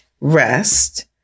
rest